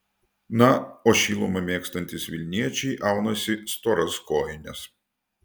na o šilumą mėgstantys vilniečiai aunasi storas kojines